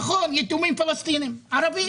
נכון, הם יתומים פלסטינים, ערבים.